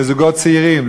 לזוגות צעירים,